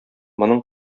моның